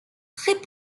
très